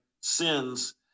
sins